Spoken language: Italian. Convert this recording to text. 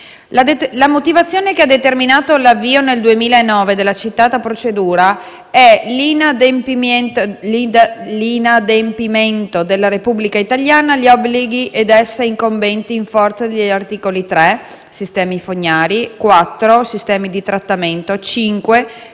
La motivazione che ha determinato l'avvio nel 2009 della citata procedura è «l'inadempimento della Repubblica italiana agli obblighi ad essa incombenti in forza degli articoli 3 (sistemi fognari), 4 (sistemi di trattamento), 5